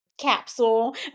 capsule